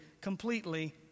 completely